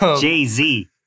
Jay-Z